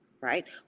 Right